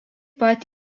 pat